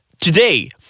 today